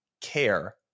care